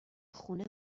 خونه